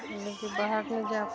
लेकिन बाहर नहि जाइ